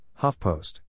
HuffPost